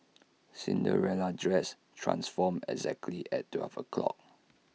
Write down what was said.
Cinderella's dress transformed exactly at twelve o'clock